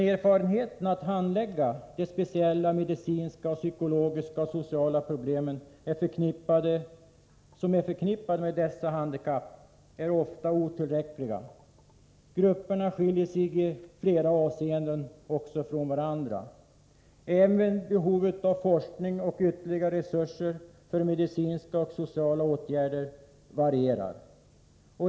Erfarenheten av att handlägga de speciella medicinska, psykologiska och sociala problem som är förknippade med dessa handikapp är emellertid ofta otillräcklig. De olika grupperna skiljer sig också i flera avseenden från varandra. Även behovet av forskning och ytterligare resurser för medicinska och sociala åtgärder varierar.